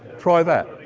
try that.